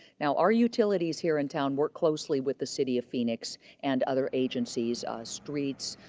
now, our utilities here in town work closely with the city of phoenix and other agencies, streets,